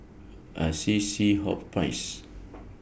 Assisi Hospice